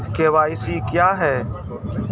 KYC क्या हैं?